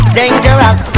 dangerous